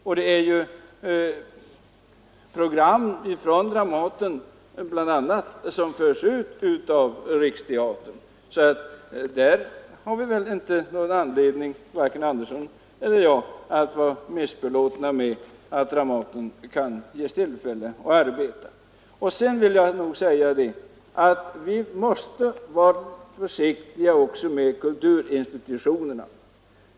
Program bl.a. från Dramaten förs ut av Riksteatern. Varken herr Andersson i Lycksele eller jag har väl därför någon anledning att vara missbelåtna med att Dramaten ges möjlighet att arbeta. Sedan vill jag säga att vi måste vara försiktiga med kulturinstitutionerna.